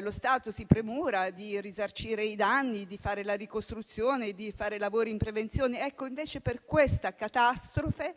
Lo Stato si premura di risarcire i danni, di fare la ricostruzione e di fare lavori in prevenzione. Invece, per questa catastrofe